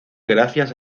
gracias